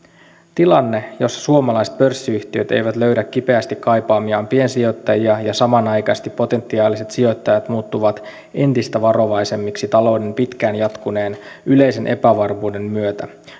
tilanne jossa suomalaiset pörssiyhtiöt eivät löydä kipeästi kaipaamiaan piensijoittajia ja samanaikaisesti potentiaaliset sijoittajat muuttuvat entistä varovaisemmiksi talouden pitkään jatkuneen yleisen epävarmuuden myötä